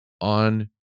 on